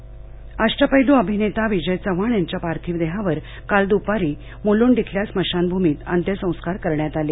विजय चव्हाण निधनः अष्टपैलू अभिनेता विजय चव्हाण यांच्या पार्थिव देहावर काल दुपारी मुलुंड इथल्या स्मशानभूमीत अंत्यसंस्कार करण्यात आले